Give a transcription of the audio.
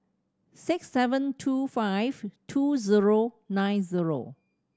six seven two five two zero nine zero